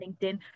LinkedIn